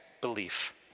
belief